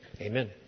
amen